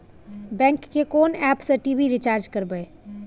Bank के कोन app से टी.वी रिचार्ज करबे?